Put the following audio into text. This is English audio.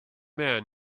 man